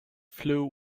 flew